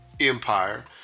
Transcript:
Empire